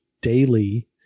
daily